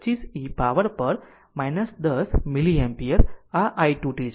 25 e power પર 10 milliampere આ i 2 t છે